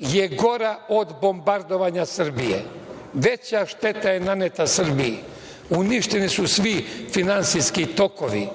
je gora od bombardovanja Srbije. Veća šteta je naneta Srbiji, uništeni su svi finansijski tokovi,